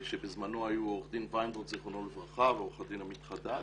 שבזמנו היו עורך דין ויינרוט ז"ל ועורך דין עמית חדד,